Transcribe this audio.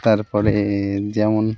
তার পরে যেমন